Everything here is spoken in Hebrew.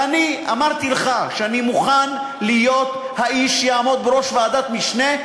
ואני אמרתי לך שאני מוכן להיות האיש שיעמוד בראש ועדת משנה,